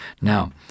Now